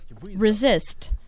resist